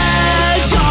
edge